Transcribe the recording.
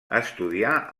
estudià